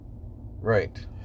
Right